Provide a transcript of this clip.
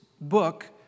book